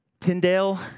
Tyndale